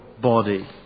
body